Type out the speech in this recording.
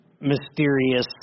mysterious